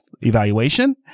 evaluation